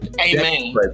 Amen